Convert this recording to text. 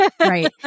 Right